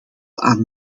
aan